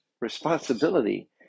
responsibility